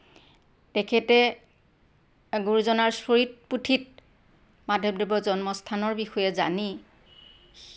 তেখেতে গুৰুজনাৰ চৰিত পুথিত মাধৱদেৱৰ জন্মস্থানৰ বিষয়ে জানি